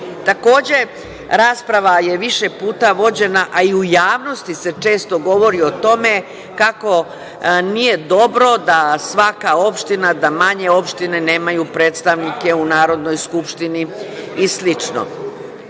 menja. Takođe, rasprava je više puta vođena, a i u javnosti se često govori o tome kako nije dobro da svaka opština, da manje opštine nemaju predstavnike u Narodnoj skupštini i